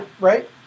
right